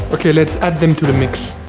ok, let's add them to the mix.